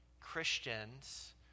Christians